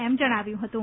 એમ જણાવ્યું હતું